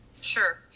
sure